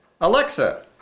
Alexa